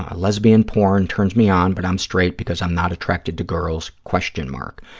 ah lesbian porn turns me on but i'm straight because i'm not attracted to girls, question mark.